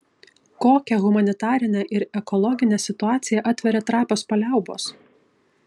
kokią humanitarinę ir ekologinę situaciją atveria trapios paliaubos